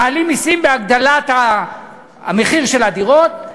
מעלים מסים בהגדלת המחיר של הדירות.